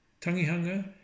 tangihanga